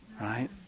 right